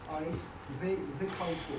eyes 你会你会 count 错